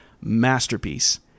masterpiece